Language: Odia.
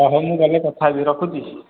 ହ ହଉ ମୁଁ ଗଲେ କଥା ହେବି ରଖୁଛି